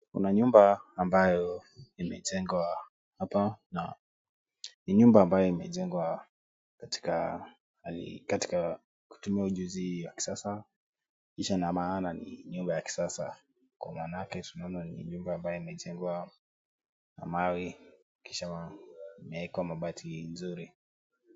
Kuna nyumba ambayo imejengwa hapa, ni nyumba ambayo imejengwa katika kutumia ujuzi hii wa kisasa kisa na maana ni nyumba ya kisasa Kwa manake tunaona ni nyumba ambayo imejengwa Kwa mawe kisha imewekwa mabati nzuri.